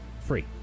Free